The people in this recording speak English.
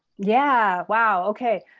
yeah. wow. okay.